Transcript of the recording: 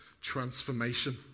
transformation